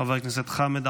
חבר הכנסת מיקי לוי,